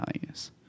values